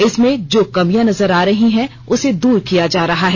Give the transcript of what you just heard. इसमें जो कमियां नजर आ रही है उसे दूर किया जा रहा है